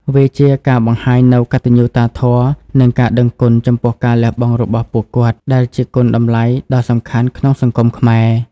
វាជាការបង្ហាញនូវកតញ្ញូតាធម៌ និងការដឹងគុណចំពោះការលះបង់របស់ពួកគាត់ ដែលជាគុណតម្លៃដ៏សំខាន់ក្នុងសង្គមខ្មែរ។